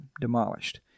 demolished